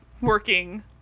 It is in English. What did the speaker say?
working